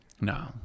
No